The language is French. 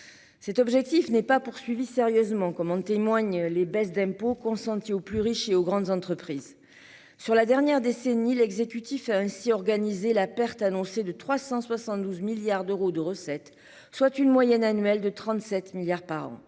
Cet objectif n'est pas poursuivi sérieusement, comme en témoignent les baisses d'impôts consenties aux plus riches et aux grandes entreprises. Sur la dernière décennie, l'exécutif a ainsi organisé la perte annoncée de 372 milliards d'euros de recettes, soit une moyenne annuelle de 37 milliards par an.